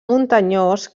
muntanyós